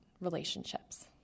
relationships